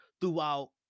throughout